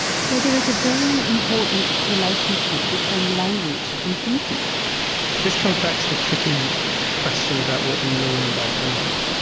so there is a very important relationship between language and thinking. so this comes back to the tricky question about what we mean by thinking.